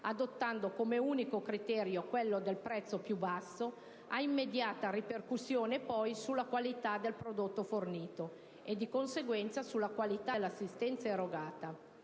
adottando come unico criterio quello del prezzo più basso ha immediata ripercussione sulla qualità del prodotto fornito e, di conseguenza, sulla qualità dell'assistenza erogata.